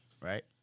right